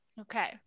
okay